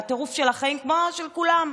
והטירוף של החיים כמו של כולם,